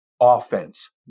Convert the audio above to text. offense